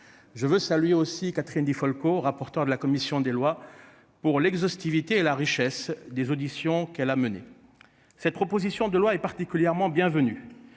Je veux saluer aussi Catherine Di Folco, rapporteur de la commission des lois pour l'exhaustivité et la richesse des auditions qu'elle a mené. Cette proposition de loi est particulièrement bienvenue